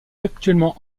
actuellement